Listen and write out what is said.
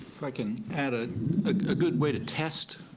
if i can add a a good way to test